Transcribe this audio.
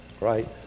Right